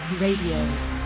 Radio